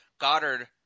Goddard